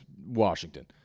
Washington